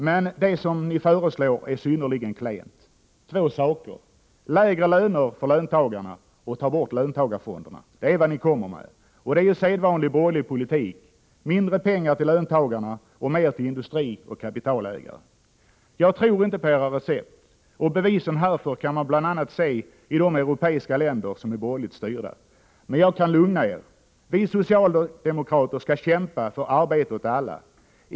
Men det ni föreslår är synnerligen klent. Två saker — lägre löner och att löntagarfonderna skall tas bort — är vad ni kommer med. Och det är ju sedvanlig borgerlig politik: mindre pengar till löntagarna och mer till industri och kapitalägare. Jag tror inte på era recept. Bevisen för att de inte är bra kan man bl.a. finna i de europeiska länder som är borgerligt styrda. Men jag kan lugna er — vi socialdemokrater skall kämpa för arbete åt alla.